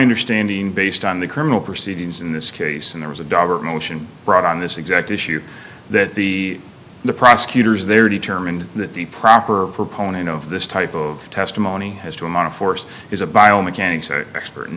understanding based on the criminal proceedings in this case and there was a dog motion brought on this exact issue that the the prosecutors there determined that the proper proponent of this type of testimony has to amount of force is a biomechanics expert